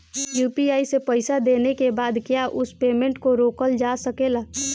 UPI से पईसा देने के बाद क्या उस पेमेंट को रोकल जा सकेला?